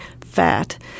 fat